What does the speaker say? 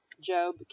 Job